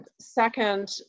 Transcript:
second